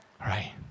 Right